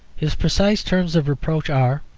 his precise terms of reproach are,